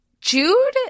Jude